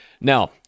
Now